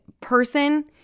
person